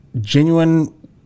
genuine